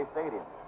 Stadium